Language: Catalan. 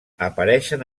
apareixen